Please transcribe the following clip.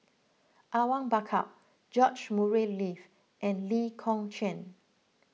Awang Bakar George Murray Reith and Lee Kong Chian